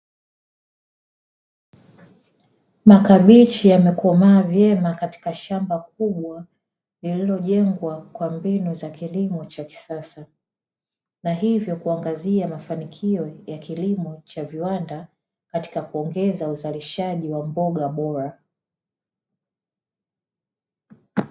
Makabichi yamekomaa vyema, katika shamba kubwa lililojengwa kwa mbinu za kisasa na hivyo kuangazia mafanikio ya kilimo cha viwanda katika kuongeza uzalishaji wa mboga bora.